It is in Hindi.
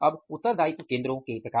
अब उत्तरदायित्व केंद्रों के प्रकार